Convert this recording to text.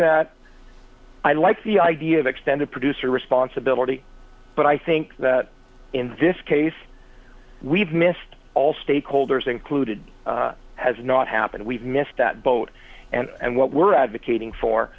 that i like the idea of extended producer responsibility but i think that in this case we've missed all stakeholders included has not happened we've missed that boat and what we're advocating for